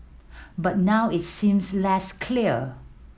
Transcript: but now it seems less clear